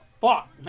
Fuck